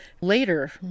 Later